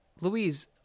louise